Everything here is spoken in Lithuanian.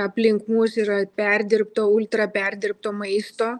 aplink mus yra perdirbta ultra perdirbto maisto